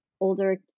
older